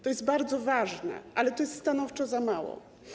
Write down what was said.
To jest bardzo ważne, ale to stanowczo za mało.